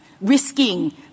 risking